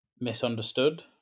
misunderstood